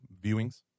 viewings